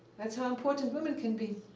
that's how important women can be.